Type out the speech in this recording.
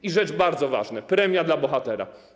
I rzecz bardzo ważna: premia dla bohatera.